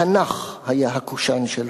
התנ"ך היה הקושאן שלו.